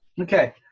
Okay